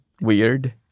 weird